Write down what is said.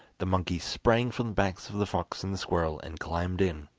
the monkey sprang from the backs of the fox and the squirrel, and climbed in.